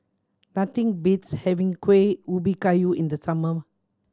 nothing beats having Kuih Ubi Kayu in the summer